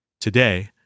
Today